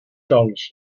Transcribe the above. sols